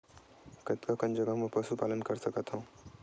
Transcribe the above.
कतका कन जगह म पशु पालन कर सकत हव?